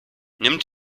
nimmt